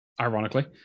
ironically